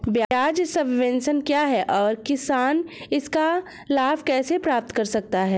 ब्याज सबवेंशन क्या है और किसान इसका लाभ कैसे प्राप्त कर सकता है?